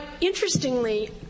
Interestingly